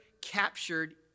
captured